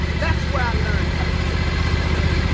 that's where i learned how to take the stairs,